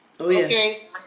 Okay